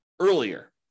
earlier